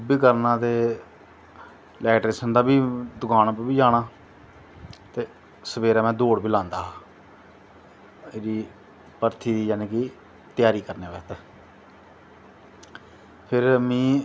ओह् बी करनां ते इलैक्ट्रिशन दा बी करनां दकान पर बी जाना ते सवेरे में दौड़ बी लांदा हा ओह्दी भर्थी दी जानि तैयारी करनें बास्ते फिर में